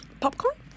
Popcorn